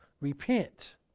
repent